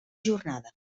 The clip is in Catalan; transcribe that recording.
jornada